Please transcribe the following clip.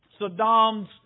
Saddam's